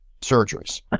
surgeries